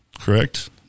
correct